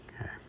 Okay